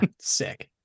Sick